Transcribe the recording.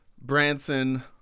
Branson